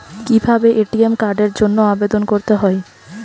কিভাবে এ.টি.এম কার্ডের জন্য আবেদন করতে হয়?